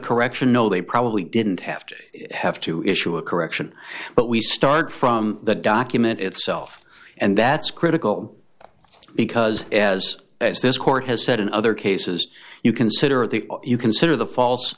correction no they probably didn't have to have to issue a correction but we started from the document itself and that's critical because as as this court has said in other cases you consider the you consider the fa